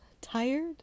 tired